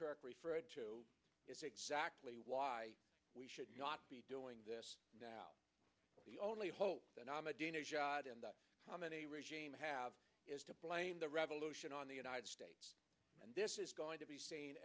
kirk referred to is exactly why we should not be doing this now the only hope the nominee how many regime have is to blame the revolution on the united states and this is going to be seen